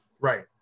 Right